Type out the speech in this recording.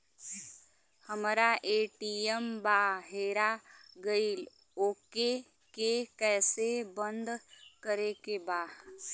हमरा ए.टी.एम वा हेरा गइल ओ के के कैसे बंद करे के बा?